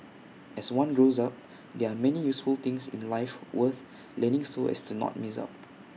as one grows up there are many useful things in life worth learning so as not to miss out